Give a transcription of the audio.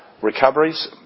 Recoveries